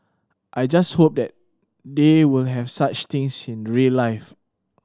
I just hope that they will have such things in real life